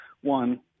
one